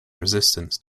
resistance